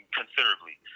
considerably